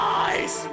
eyes